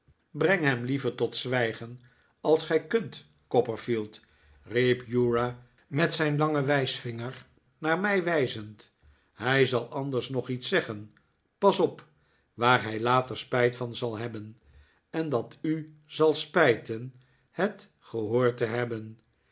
breng hem liever tot zwijgen als gij kunt copperfield riep uriah met zijn langen wijsvinger naar mij wijzend hij zal anders nog iets zeggen pas op waar hij later spijt van zal hebben en dat u zal spijten het gehoord te hebben